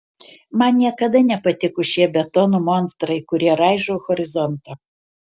man niekada nepatiko šie betono monstrai kurie raižo horizontą